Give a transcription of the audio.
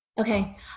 Okay